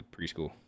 preschool